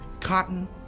cotton